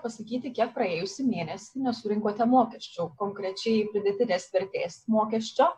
pasakyti kiek praėjusį mėnesį nesurinkote mokesčių konkrečiai pridėtinės vertės mokesčio